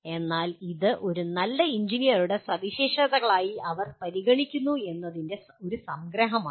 അതിനാൽ ഇത് ഒരു നല്ല എഞ്ചിനീയറുടെ സവിശേഷതകളായി അവർ പരിഗണിക്കുന്നതിന്റെ ഒരു സംഗ്രഹമാണ്